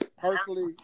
Personally